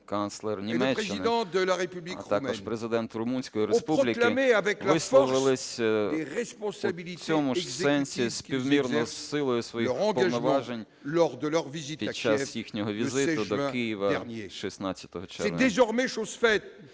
канцлер Німеччини, також Президент Румунської Республіки, висловились у цьому ж сенсі співмірно з силою своїх повноважень під час їхнього візиту до Києва 16 червня.